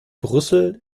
brüssel